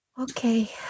Okay